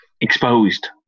exposed